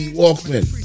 walkman